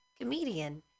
comedian